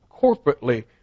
corporately